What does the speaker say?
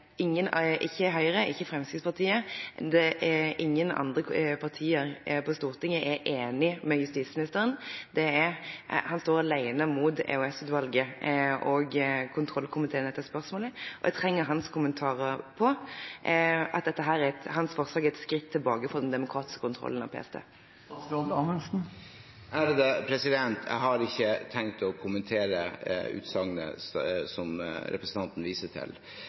Ingen andre partier – ikke Høyre, ikke Fremskrittspartiet – på Stortinget er enig med justisministeren. Han står alene mot EOS-utvalget og kontrollkomiteen i dette spørsmålet, og jeg trenger hans kommentarer til at hans forslag er et skritt tilbake for den demokratiske kontrollen av PST. Jeg har ikke tenkt å kommentere utsagnet som representanten viser til.